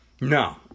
No